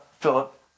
Philip